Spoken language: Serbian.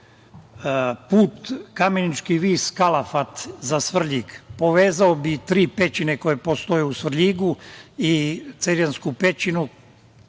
Kamenički vis – Kalafat za Svrljig povezao bi tri pećine koje postoje u Svrljigu i Cerjansku pećinu.